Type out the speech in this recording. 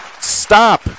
stop